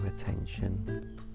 attention